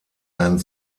ein